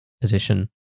position